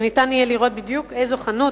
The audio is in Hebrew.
שיהיה אפשר לראות בדיוק איזו חנות,